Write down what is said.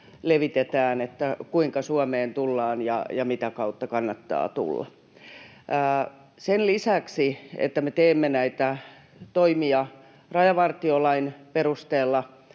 levitetään, kuinka Suomeen tullaan, ja mitä kautta kannattaa tulla. Sen lisäksi, että me teemme näitä toimia rajavartiolain perusteella